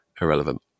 irrelevant